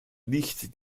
liegt